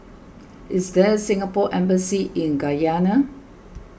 is there a Singapore Embassy in Guyana